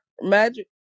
Magic